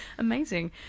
Amazing